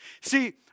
See